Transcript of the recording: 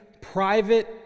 private